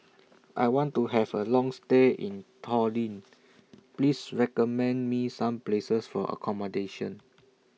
I want to Have A Long stay in Tallinn Please recommend Me Some Places For accommodation